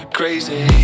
crazy